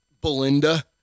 Belinda